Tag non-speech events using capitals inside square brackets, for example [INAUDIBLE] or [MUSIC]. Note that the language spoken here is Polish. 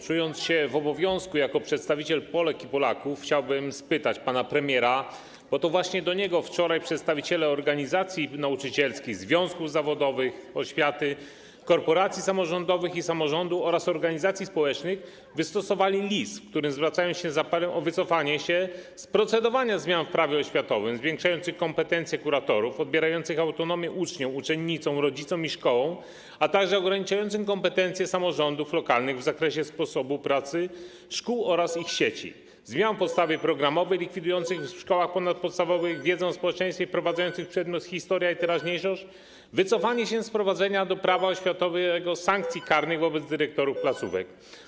Czując się w obowiązku jako przedstawiciel Polek i Polaków, chciałbym zadać pytanie panu premierowi, bo to właśnie do niego wczoraj przedstawiciele organizacji nauczycielskich, związków zawodowych oświaty, korporacji samorządowych i samorządu oraz organizacji społecznych wystosowali list, w którym zwracają się z apelem o wycofanie się z procedowania w Prawie oświatowym zmian zwiększających kompetencje kuratorów, odbierających autonomię uczniom, uczennicom, rodzicom i szkołom, a także ograniczających kompetencje samorządów lokalnych w zakresie sposobu pracy szkół oraz ich sieci, [NOISE] zmian w podstawie programowej likwidujących w szkołach ponadpodstawowych wiedzę o społeczeństwie i wprowadzających przedmiot historia i teraźniejszość, o wycofanie się z wprowadzenia do Prawa oświatowego sankcji karnych wobec dyrektorów placówek.